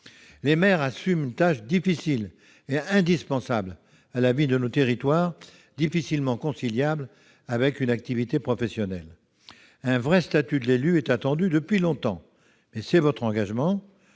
Les maires assument une tâche difficile et indispensable à la vie de nos territoires. Elle est peu conciliable avec une activité professionnelle. Un vrai statut de l'élu est attendu depuis longtemps, et c'est votre engagement